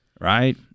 right